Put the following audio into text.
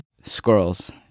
Squirrels